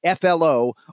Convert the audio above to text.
FLO